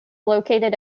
located